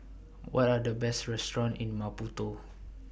What Are The Best Restaurant in Maputo